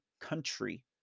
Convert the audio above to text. country